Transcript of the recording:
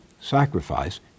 sacrifice